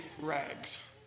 rags